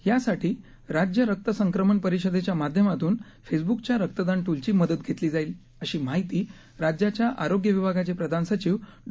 यासाठी राज्य रक्त संक्रमण परिषदेच्या माध्यमातून फेसबुकच्या रक्तदान टूलची मदत घेतली जाईल अशी माहिती राज्याच्या आरोग्य विभागाचे प्रधान सचिव डॉ